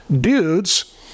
Dudes